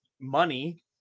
Money